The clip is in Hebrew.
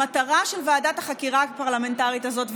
המטרה של ועדת החקירה הפרלמנטרית הזאת,